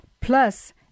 Plus